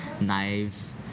knives